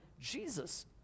Jesus